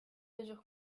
mesure